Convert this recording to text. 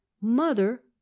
Mother